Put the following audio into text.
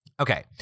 Okay